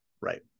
Right